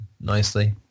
nicely